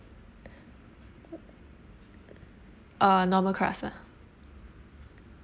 uh normal crust lah